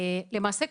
למעשה,